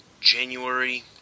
January